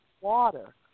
Water